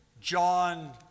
John